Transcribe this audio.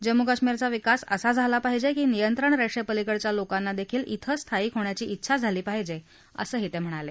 जम्मू कश्मीरचा विकास असा झाला पाहिजे की नियंत्रण रेषेपलीकडच्या लोकांनादेखील क्वें स्थायिक होण्याची उंछा झाली पाहिजे असंही ते म्हणाले